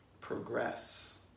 progress